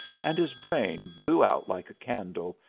and his brain blew out like a candle,